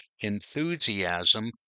enthusiasm